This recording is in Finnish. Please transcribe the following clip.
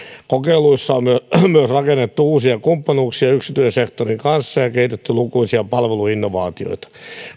kokeiluissa on myös rakennettu uusia kumppanuuksia yksityissektorin kanssa ja kehitetty lukuisia palveluinnovaatioita